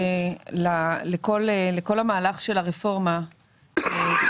כל מיני מוצרים שהם לא אופטימאליים